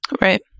Right